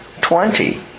twenty